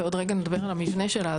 ועוד רגע נדבר על המבנה שלה,